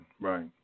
right